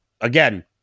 again